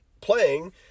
playing